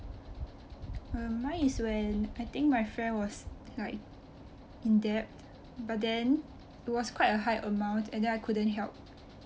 uh mine is when I think my friend was like in debt but then it was quite a high amount and then I couldn't help